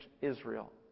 Israel